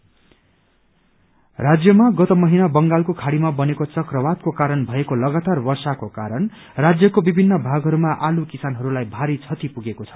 potato damage राज्यमा गत महिना बंगालको खाड़ीमा बनेको चक्रवातको कारण भएको लगातार वर्षाको कारण राज्यको विभिन्न भागहरूमा आलु किसानहरूलाई भारी क्षति पुगेको छ